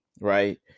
right